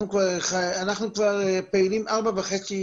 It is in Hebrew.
אנחנו כבר פעילים ארבע שנים וחצי,